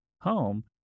home